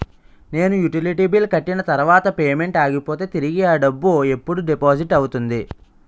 నేను utility bill కట్టిన తర్వాత పేమెంట్ ఆగిపోతే తిరిగి అ డబ్బు ఎప్పుడు డిపాజిట్ అవుతుంది?